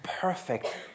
perfect